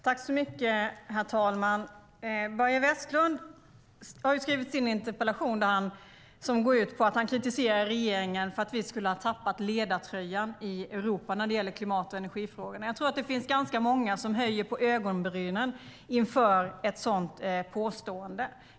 Herr talman! Börje Vestlunds interpellation går ut på att han kritiserar regeringen för att vi skulle ha tappat ledartröjan i Europa när det gäller klimat och energifrågorna. Jag tror att ganska många höjer på ögonbrynen inför ett sådant påstående.